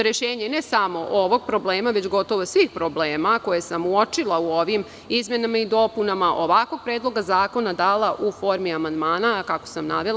Rešenje ne samo ovog problema, već gotovo svih problema koje sam uočila u ovim izmenama i dopuna ovakvog predloga zakona, dala sam u formi amandmana, kako sam i navela.